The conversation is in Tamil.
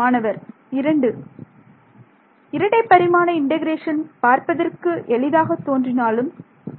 மாணவர் 2 இரட்டை பரிமாண இண்டெகரேஷன் பார்ப்பதற்கு எளிதாக தோன்றினாலும்